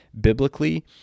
biblically